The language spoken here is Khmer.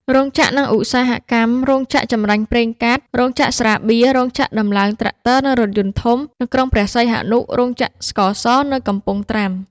រោងចក្រ និងឧស្សាហកម្ម រោងចក្រចម្រាញ់ប្រេងកាត, រោងចក្រស្រាបៀរ, រោងចក្រដំឡើងត្រាក់ទ័រនិងរថយន្តធំ នៅក្រុងព្រះសីហនុ, រោងចក្រស្ករស នៅកំពង់ត្រាំ។